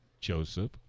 Joseph